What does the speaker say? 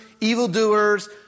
evildoers